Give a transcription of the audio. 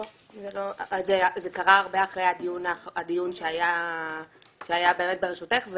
זה קרה הרבה אחרי הדיון שהיה באמת בראשותך.